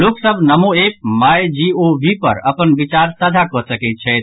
लोक सभ NaMo app my G O V पर अपन विचार साझा कऽ सकैत छथि